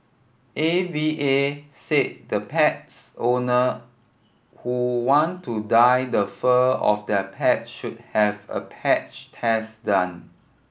A V A said the pets owner who want to dye the fur of their pet should have a patch test done